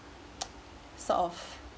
sort of